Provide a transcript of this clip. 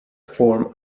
form